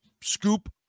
scoop